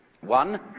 One